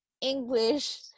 English